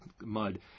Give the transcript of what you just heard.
mud